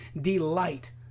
delight